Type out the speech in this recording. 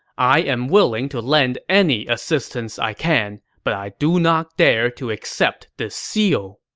i am willing to lend any assistance i can, but i do not dare to accept this seal.